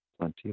plenty